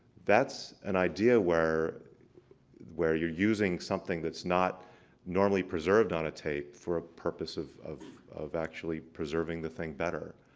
that's an idea where where you're using something that's not normally preserved on a tape for a purpose of of of actually preserving the thing better.